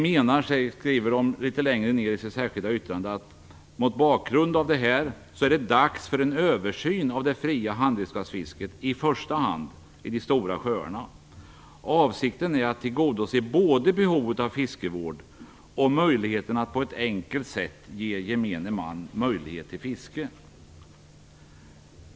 De skriver också i yttrandet att de menar att det mot bakgrund av detta är dags för en översyn av det fria handredskapsfisket i första hand i de stora sjöarna. Avsikten är att tillgodose både behovet av fiskevård och möjligheten att på ett enkelt sätt ge gemene man möjlighet till fiske.